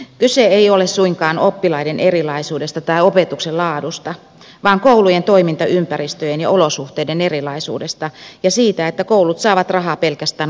kyse ei ole suinkaan oppilaiden erilaisuudesta tai opetuksen laadusta vaan koulujen toimintaympäristöjen ja olosuhteiden erilaisuudesta ja siitä että koulut saavat rahaa pelkästään oppilasmäärien mukaan